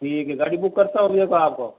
ठीक है गाड़ी बुक करता हूँ